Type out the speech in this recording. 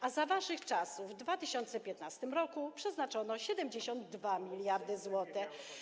A za waszych czasów, w 2015 r., przeznaczono 72 mld zł.